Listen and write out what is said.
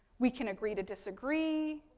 we can agree to disagree,